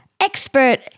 Expert